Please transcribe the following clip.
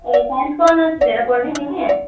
ए science पढ्नु चाहिँ धेरै पढ्ने तिमी